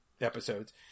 episodes